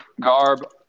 Garb